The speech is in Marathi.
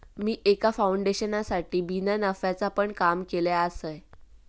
मी एका फाउंडेशनसाठी बिना नफ्याचा पण काम केलय आसय